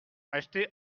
achetés